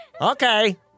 Okay